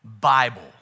Bible